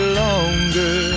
longer